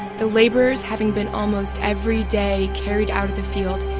the laborers having been almost every day carried out of the field,